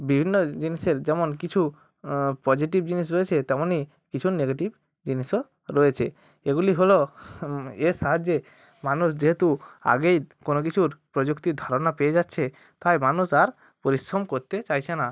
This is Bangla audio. বিভিন্ন জিনিসের যেমন কিছু পজিটিভ জিনিস রয়েছে তেমনই কিছু নেগেটিভ জিনিসও রয়েছে এগুলি হলো এর সাহায্যে মানুষ যেহেতু আগেই কোনো কিছুর প্রযুক্তির ধারণা পেয়ে যাচ্ছে তাই মানুষ আর পরিশ্রম করতে চাইছে না